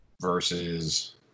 versus